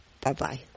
Bye-bye